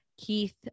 Keith